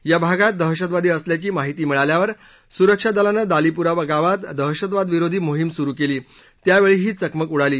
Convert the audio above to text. या भागात दहशतवादी असल्याची माहिती मिळाल्यावर सुरक्षादलानं दालीपुरा गावात दहशतवाद विरोधी मोहीम सुरु केली त्यावेळी ही चकमक उडाली